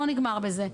זה לא נגמר בזה.